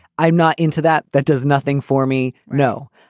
i'm not into that, that does nothing for me. no.